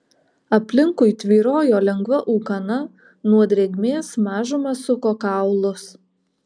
aplinkui tvyrojo lengva ūkana nuo drėgmės mažumą suko kaulus